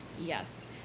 Yes